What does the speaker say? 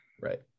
Right